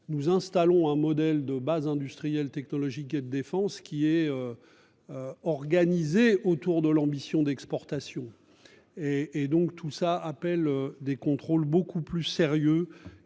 Nous installons un modèle de base industrielle technologique de défense qui est. Organisé autour de l'ambition d'exportation et et donc tout ça appelle des contrôles beaucoup plus sérieux